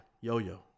yo-yo